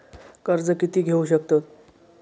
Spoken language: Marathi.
कर्ज कीती घेऊ शकतत?